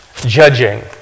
judging